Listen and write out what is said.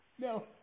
No